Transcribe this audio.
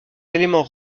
éléments